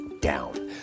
down